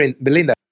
Belinda